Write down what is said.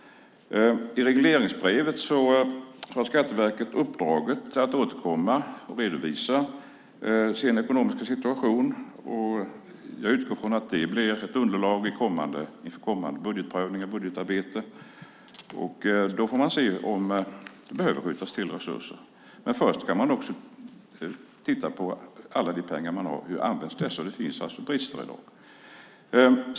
I regleringsbrevet har Skatteverket uppdraget att återkomma och redovisa sin ekonomiska situation, och jag utgår från att det blir ett underlag inför kommande budgetprövning och budgetarbete. Då får man se om det behöver skjutas till resurser. Men först ska man alltså titta på hur alla de pengar man har används. Det finns brister i dag.